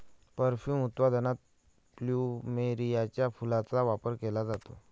perfume उत्पादनात प्लुमेरियाच्या फुलांचा वापर केला जातो